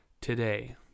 today